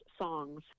songs